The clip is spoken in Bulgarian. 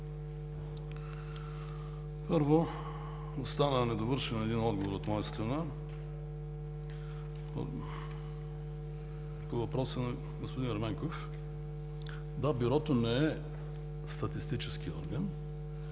Първо, остана недовършен един отговор от моя страна по въпроса на господин Ерменков. Да, Бюрото не е статистически орган.